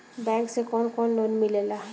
Bank से कौन कौन लोन मिलेला?